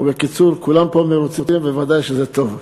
ובקיצור, כולם פה מרוצים, ודאי שזה טוב.